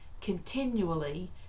continually